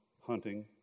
hunting